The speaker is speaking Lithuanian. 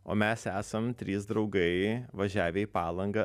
o mes esam trys draugai važiavę į palangą